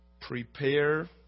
prepare